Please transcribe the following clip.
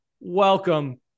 welcome